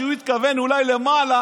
כשהוא התכוון אולי למעלה,